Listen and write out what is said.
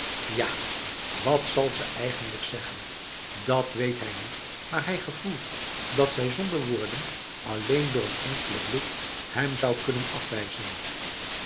ja wat zal ze eigenlijk zeggen dat weet hij niet maar hij gevoelt dat zij zonder woorden alleen door een enkelen blik hem zou kunnen afwijzen